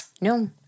No